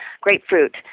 grapefruit